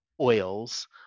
oils